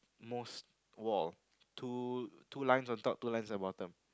most wall two two lines on top two lines on the bottom